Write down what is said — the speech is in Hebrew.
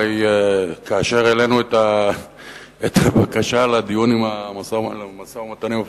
הרי כאשר העלינו את הבקשה לדיון על המשא-ומתן עם הפלסטינים,